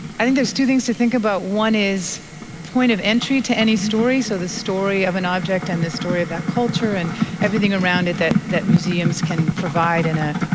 i think there's two things to think about. one is point of entry to any story, so the story of an object and the story of that culture, and everything around it that that museums can provide in a